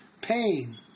pain